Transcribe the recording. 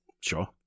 Sure